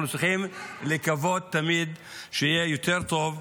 עם אל-קעידה.